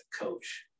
coach